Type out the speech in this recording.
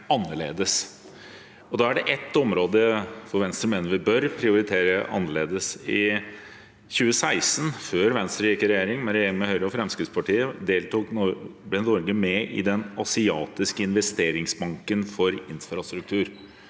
Det er ett område hvor Venstre mener vi bør prioritere annerledes. I 2016, før Venstre gikk i regjering med Høyre og Fremskrittspartiet, ble Norge med i Den asiatiske investeringsbanken for infrastruktur.